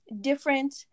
different